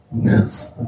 Yes